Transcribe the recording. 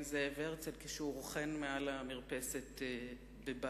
זאב הרצל כשהוא רוכן מעל המרפסת בבאזל.